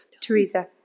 Teresa